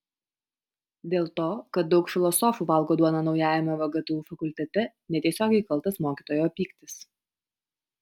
dėl to kad daug filosofų valgo duoną naujajame vgtu fakultete netiesiogiai kaltas mokytojo pyktis